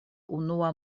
unua